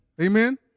Amen